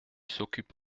s’occupe